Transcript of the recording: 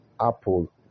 apple